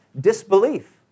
disbelief